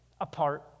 apart